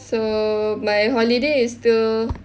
so my holiday is till